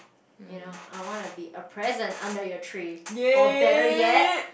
you know I wanna be a present under your tree or better yet